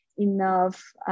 enough